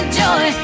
joy